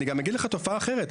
אני גם אגיד לך תופעה אחרת.